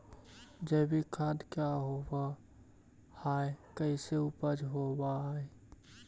जैविक खाद क्या होब हाय कैसे उपज हो ब्हाय?